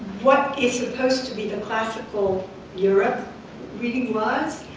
what is supposed to be the classical europe really was.